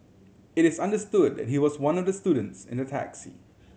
it is understood that he was one of the students in the taxi